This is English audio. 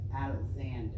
Alexander